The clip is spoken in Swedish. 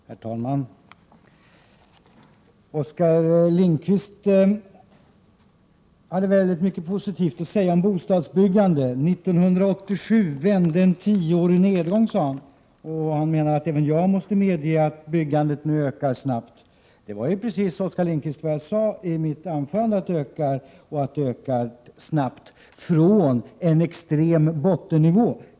Herr talman! Oskar Lindkvist hade mycket positivt att säga om bostadsbyggandet. 1987 vände en tioårig nedgång, sade han, och han menade att även jag måste medge att byggandet ökar snabbt. Men det var precis vad jag sade i mitt anförande! Bostadsbyggandet ökar snabbt från en extrem bottennivå.